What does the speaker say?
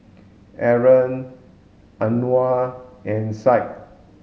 Aaron Anuar and Syed